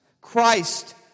Christ